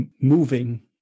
moving